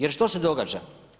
Jer što se događa?